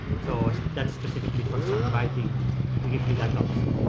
so that's specifically for songwriting we give you that option.